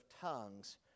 tongues